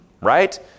right